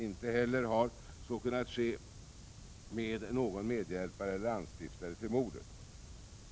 Inte heller har så kunnat ske med någon medhjälpare eller anstiftare till mordet.